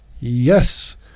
Yes